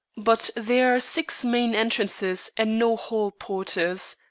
but there are six main entrances and no hall porters.